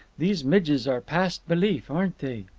these midges are past belief, aren't they?